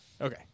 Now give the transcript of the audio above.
Okay